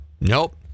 Nope